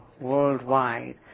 worldwide